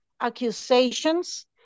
accusations